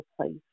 place